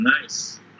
Nice